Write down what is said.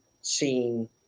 seeing